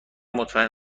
مطمئن